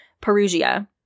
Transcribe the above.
Perugia